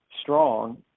strong